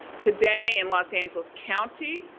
today in los angeles county,